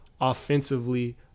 offensively